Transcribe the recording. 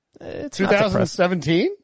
2017